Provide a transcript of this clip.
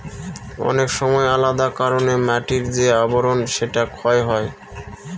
অনেক সময় আলাদা কারনে মাটির যে আবরন সেটা ক্ষয় হয়